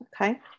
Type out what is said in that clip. Okay